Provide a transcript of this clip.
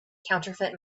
counterfeit